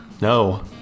No